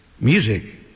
music